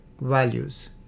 values